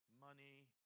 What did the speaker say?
money